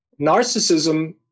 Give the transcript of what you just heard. Narcissism